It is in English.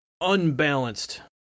unbalanced